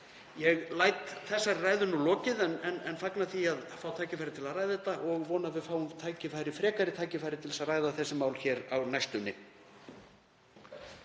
Ég læt þessari ræðu lokið en fagna því að fá tækifæri til að ræða þetta og vona að við fáum frekari tækifæri til að ræða þessi mál hér á næstunni.